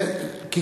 הרווחה.